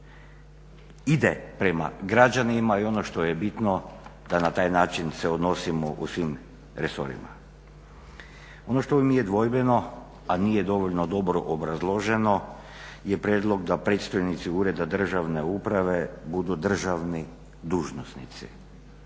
ide prema građanima i ono što je bitno da se na taj način odnosimo u svim resorima. Ono što mi je dvojbeno, a nije dovoljno dobro obrazloženo je prijedlog da predstojnici ureda državne uprave budu državni dužnosnici.